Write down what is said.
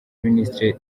minisitiri